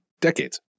decades